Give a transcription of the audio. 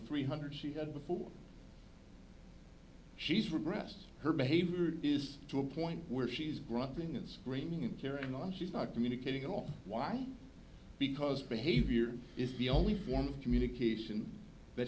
three hundred she had before she's regressed her behavior is to a point where she's grunting and screaming and carrying on she's not communicating at all why because behavior is the only form of communication